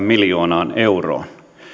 miljoonaa euroa